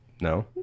No